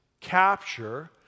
capture